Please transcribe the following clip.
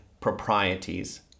proprieties